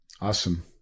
Awesome